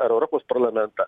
ar europos parlamentą